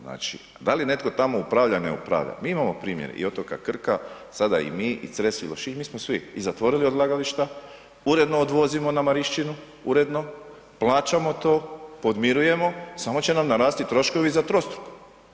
Znači, a da li netko tamo upravlja, ne upravlja, mi imamo primjer i otoka Krka, sada i mi i Cres i Lošinj, mi smo svi i zatvorili odlagališta, uredno odvozimo na Marišćinu, uredno, plaćamo to, podmirujemo, samo će nam narasti troškovi za trostruko.